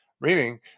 Meaning